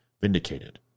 vindicated